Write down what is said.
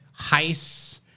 heists